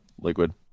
liquid